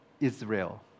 Israel